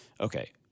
Okay